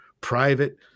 private